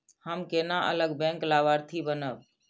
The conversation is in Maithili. हम केना अलग बैंक लाभार्थी बनब?